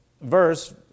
verse